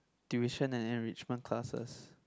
tuition and enrichment classes